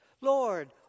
Lord